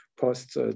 post